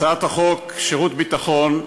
הצעת חוק שירות ביטחון,